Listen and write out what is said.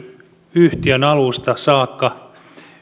yhtiön alusta saakka